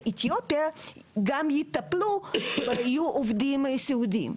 אתיופיה גם יטפלו ויהיו עובדים סיעודיים.